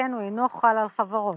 שכן הוא אינו חל על חברות.